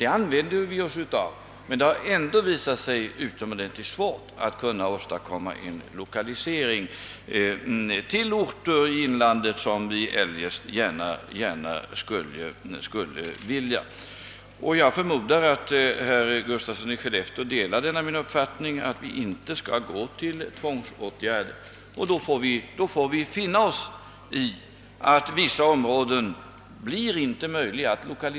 Det använder vi oss av, men det har ändå visat sig utomordentligt svårt att locka industrier till orter i inlandet. Jag förmodar att herr Gustafsson i Skellefteå delar min uppfattning att vi inte skall vidta tvångsåtgärder, och då får vi finna oss i att det inte blir möjligt att lokalisera industrier till alla områden.